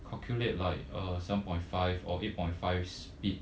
calculate like uh seven point five or eight point five speed